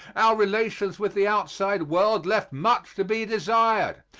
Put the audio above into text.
our relations with the outside world left much to be desired.